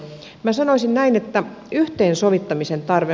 minä sanoisin näin että on yhteensovittamisen tarve